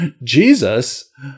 Jesus